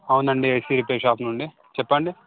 అవునండి AC repair shop నుండి చెప్పండి